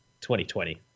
2020